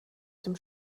dem